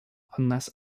unless